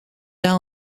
there